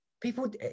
people